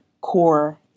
core